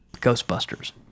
Ghostbusters